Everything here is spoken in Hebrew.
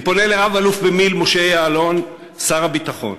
אני פונה לרב-אלוף במיל' משה יעלון, שר הביטחון,